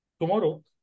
tomorrow